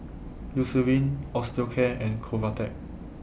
Eucerin Osteocare and Convatec